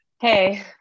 Hey